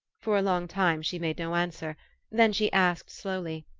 for a long time she made no answer then she asked slowly,